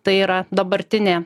tai yra dabartinė